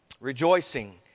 Rejoicing